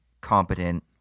competent